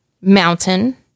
mountain